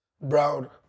Brown